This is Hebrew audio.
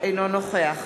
אינו נוכח